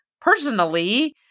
personally